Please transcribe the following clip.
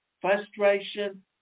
frustration